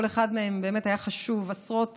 כל אחד מהם באמת היה חשוב, עשרות